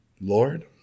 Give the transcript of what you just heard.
Lord